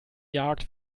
jagd